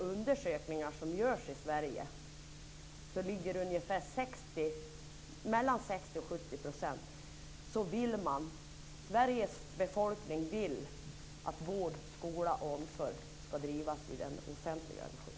Undersökningar som har gjorts i Sverige visar att mellan 60 och 70 % av Sveriges befolkning vill att vård, skola och omsorg ska drivas i offentlig regi.